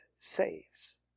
saves